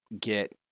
get